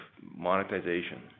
monetization